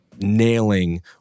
nailing